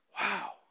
Wow